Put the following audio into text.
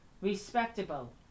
respectable